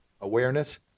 awareness